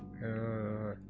her